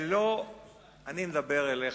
אני מדבר אליך.